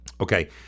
Okay